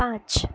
পাঁচ